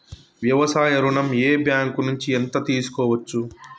వ్యవసాయ ఋణం ఏ బ్యాంక్ నుంచి ఎంత తీసుకోవచ్చు?